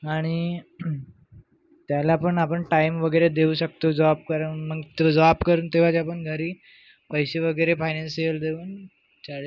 आणि त्याला पण आपण टाईम वगैरे देवू शकतो जॉब करून मग तो जॉब करून तोवर आपण घरी पैसे वगैरे फायनान्शियल देऊन च्या